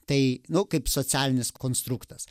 tai nu kaip socialinis konstruktas